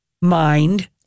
mind